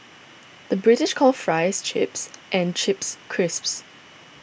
the British calls Fries Chips and Chips Crisps